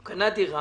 הוא קנה דירה,